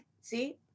See